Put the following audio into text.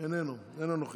אינו נוכח,